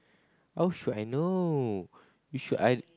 how should I know you should I